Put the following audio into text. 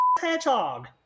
hedgehog